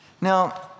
Now